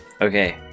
okay